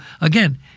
again